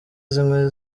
zimwe